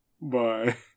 Bye